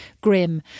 grim